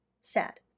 Sad